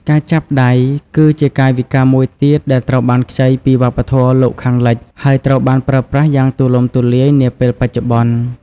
ការចាប់ដៃ គឺជាកាយវិការមួយទៀតដែលត្រូវបានខ្ចីពីវប្បធម៌លោកខាងលិច ហើយត្រូវបានប្រើប្រាស់យ៉ាងទូលំទូលាយនាពេលបច្ចុប្បន្ន។